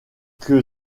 que